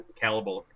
caliber